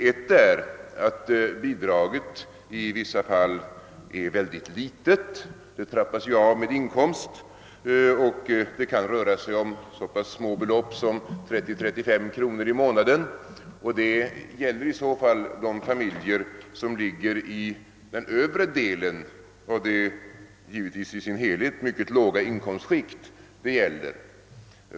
Ett är att bidraget i vissa fall är mycket litet — det trappas ju av i förhållande till inkomst; det kan röra sig om så pass små belopp som 30—35 kronor i månaden, och det gäller i så fall de familjer som befinner sig i övre delen av ett givetvis i sin helhet mycket lågt inkomstskikt.